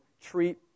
treat